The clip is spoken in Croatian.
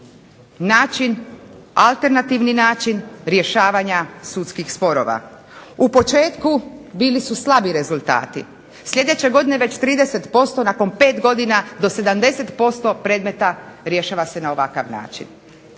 način, alternativni način rješavanja sudskih sporova. U početku bili su slabi rezultati. Sljedeće godine već 30%. Nakon 5 godina do 70% predmeta rješava se na ovakav način.